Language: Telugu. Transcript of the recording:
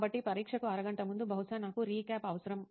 కాబట్టి పరీక్షకు అరగంట ముందు బహుశా నాకు రీక్యాప్ అవసరం